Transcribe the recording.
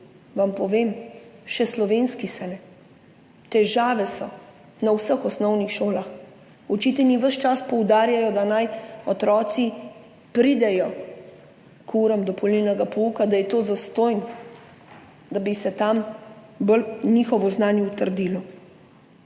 Vam povem, še slovenski se ne. Težave so na vseh osnovnih šolah. Učitelji ves čas poudarjajo, da naj otroci pridejo k uram dopolnilnega pouka, da je to zastonj, da bi se tam njihovo znanje utrdilo.